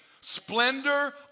splendor